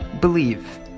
Believe